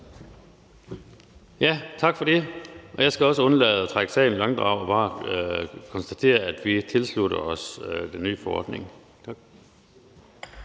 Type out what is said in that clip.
Tak for det. Jeg skal også undlade at trække sagen i langdrag, men bare konstatere, at vi tilslutter os den nye forordning.